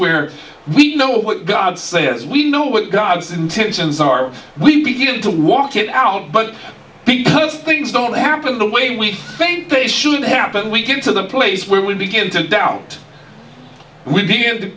where we know what god says we know what god's intentions are we begin to walk it out but because things don't happen the way we think they shouldn't happen we get to the place where we begin to doubt w